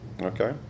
Okay